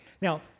Now